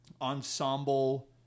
Ensemble